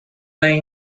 lay